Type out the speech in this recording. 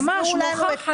ממש מוכחת...